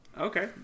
Okay